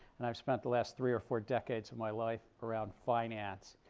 and i've spent the last three or four decades of my life around finance.